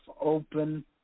open